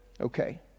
okay